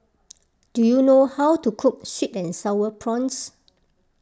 do you know how to cook Sweet and Sour Prawns